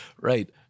right